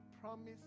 promise